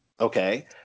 Okay